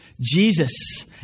Jesus